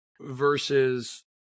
versus